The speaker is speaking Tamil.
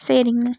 சரிங்கண்ணா